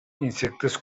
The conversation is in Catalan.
insectes